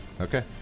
Okay